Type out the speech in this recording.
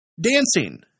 dancing